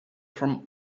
from